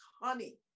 honey